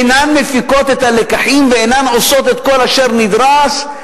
הן אינן מפיקות את הלקחים ואינן עושות את כל אשר נדרש,